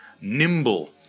nimble